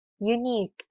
unique